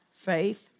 Faith